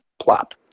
plop